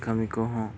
ᱠᱟᱹᱢᱤ ᱠᱚᱦᱚᱸ